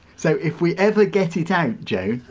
so, if we ever get it out joan,